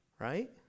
right